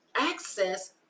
access